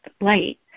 light